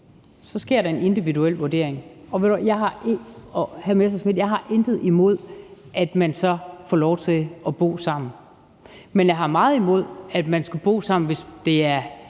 så sker der dog en individuel vurdering. Og, hr. Morten Messerschmidt, jeg har intet imod, at man så får lov til at bo sammen. Men jeg har meget imod, at man skal bo sammen, hvis det er